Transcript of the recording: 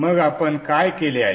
मग आपण काय केले आहे